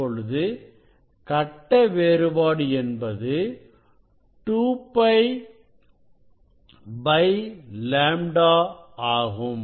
இப்பொழுது கட்ட வேறுபாடு என்பது 2 π λ ஆகும்